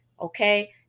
Okay